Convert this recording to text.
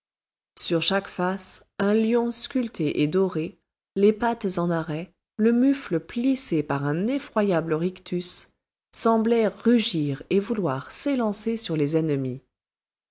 sur chaque face un lion sculpté et doré les pattes en arrêt le mufle plissé par un effroyable rictus semblait rugir et vouloir s'élancer sur les ennemis